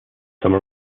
summer